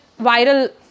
viral